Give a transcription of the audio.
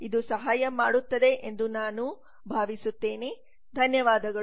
ಇದು ಸಹಾಯ ಮಾಡುತ್ತದೆ ಎಂದು ನಾನು ಭಾವಿಸುತ್ತೇನೆ ಧನ್ಯವಾದಗಳು